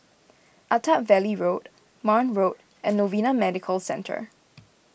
Attap Valley Road Marne Road and Novena Medical Centre